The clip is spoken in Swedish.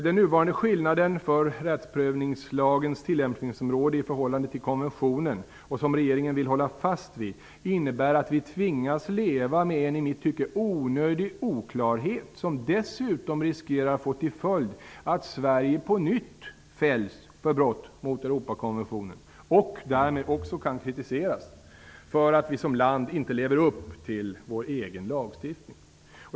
Den nuvarande skillnaden för rättsprövningslagens tillämpningsområde i förhållande till konventionen, och som regeringen vill hålla fast vid, innebär att vi tvingas leva med en i mitt tycke onödig oklarhet, som dessutom riskerar att få till följd att Sverige på nytt fälls för brott mot Europakonventionen och därmed också kan kritiseras för att vi som land inte lever upp till vår egen lagstiftning.